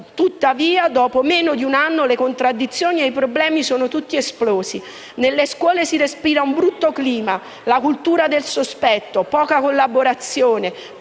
scuola, dopo meno di un anno le contraddizioni, i problemi sono tutti esplosi. Nelle scuole si respira un brutto clima, la cultura del sospetto, poca collaborazione,